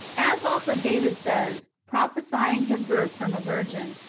as also david says, prophesying his birth from a virgin,